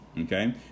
okay